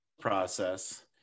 process